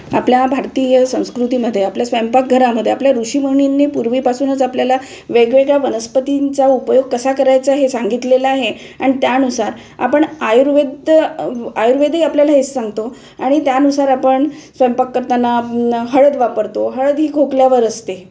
आपल्या भारतीय संस्कृतीमधे आपल्या स्वयंपाकघरामध्ये आपल्या ऋषिमुनींनी पूर्वीपासूनच आपल्याला वेगवेगळ्या वनस्पतींचा उपयोग कसा करायचा हे सांगितलेलं आहे आणि त्यानुसार आपण आयुर्वेद आयुर्वेदही आपल्याला हेच सांगतो आणि त्यानुसार आपण स्वयंपाक करताना हळद वापरतो हळद ही खोकल्यावर असते